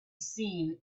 seen